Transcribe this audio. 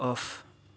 off